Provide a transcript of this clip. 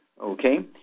Okay